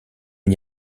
n’y